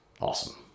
awesome